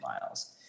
miles